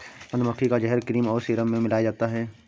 मधुमक्खी का जहर क्रीम और सीरम में मिलाया जाता है